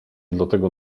dlatego